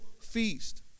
feast